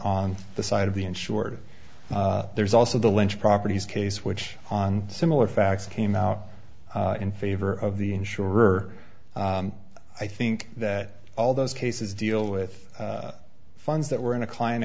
on the side of the insured there's also the lynch properties case which on similar facts came out in favor of the insurer i think that all those cases deal with funds that were in a cli